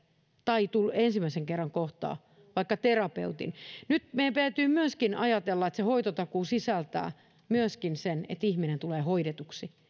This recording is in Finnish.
tai ensimmäisen kerran kohtaa vaikka terapeutin nyt meidän täytyy myöskin ajatella että se hoitotakuu sisältää myöskin sen että ihminen tulee hoidetuksi